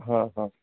हां आं